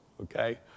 okay